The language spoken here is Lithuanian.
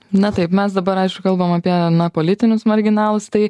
na taip mes dabar aišku kalbam apie politinius marginalus tai